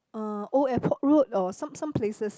uh Old Airport Road or some some places